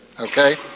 okay